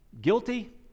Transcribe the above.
guilty